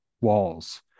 walls